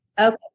Okay